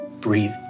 Breathe